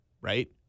right